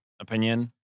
opinion